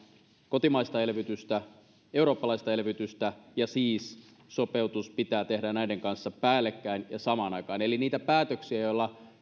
kotimaista elvytystä ja eurooppalaista elvytystä ja sitä että sopeutus siis pitää tehdä näiden kanssa päällekkäin ja samaan aikaan eli niitä päätöksiä joilla